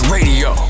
Radio